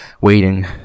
Waiting